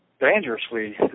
dangerously